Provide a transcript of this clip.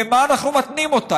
במה אנחנו מתנים אותה?